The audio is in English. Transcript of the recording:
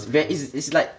it's ver~ it's it's like